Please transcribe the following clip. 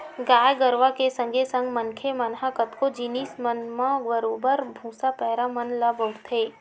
गाय गरुवा के संगे संग मनखे मन ह कतको जिनिस मन म बरोबर भुसा, पैरा मन ल बउरथे